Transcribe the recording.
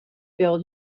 build